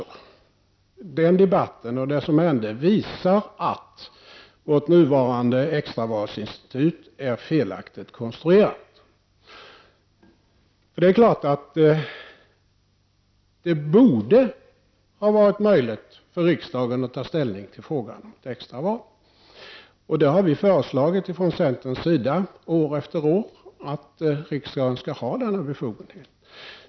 Den debatten och det som hände visar emellertid att vårt nuvarande extravalsinstitut är felaktigt konstruerat. Det är klart att det borde ha varit möjligt för riksdagen att ta ställning till frågan om ett extra val. Från centerpartiets sida har vi år efter år föreslagit att riksdagen skall ha den befogenheten.